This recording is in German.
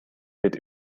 wird